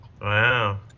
Wow